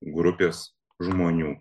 grupės žmonių